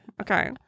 Okay